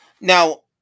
now